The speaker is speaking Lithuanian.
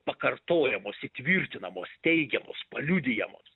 pakartojamos įtvirtinamos teigiamos paliudijamos